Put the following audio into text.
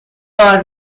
بار